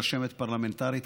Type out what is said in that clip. רשמת פרלמנטרית,